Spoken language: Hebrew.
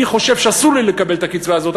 ואני חושב שאסור לי לקבל את הקצבה הזאת.